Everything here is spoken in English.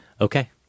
Okay